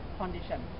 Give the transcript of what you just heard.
condition